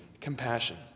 compassion